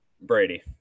Brady